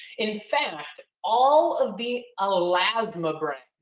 in fact, all of the elasmobranch,